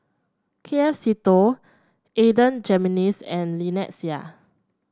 K F Seetoh Adan Jimenez and Lynnette Seah